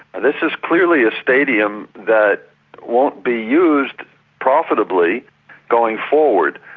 this is clearly a stadium that won't be used profitably going forward.